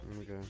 okay